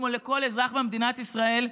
כמו לכל אזרח במדינת ישראל,